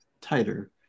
tighter